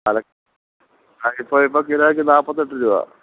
പാല അ ഇപ്പം ഇപ്പോൾ കിലോയ്ക്ക് നാൽപ്പത്തെട്ട് രൂപ